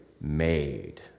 made